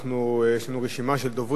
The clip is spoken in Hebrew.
יש לנו רשימה של דוברים.